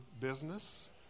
business